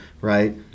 right